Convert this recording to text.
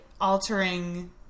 altering